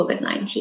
COVID-19